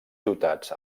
ciutats